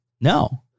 No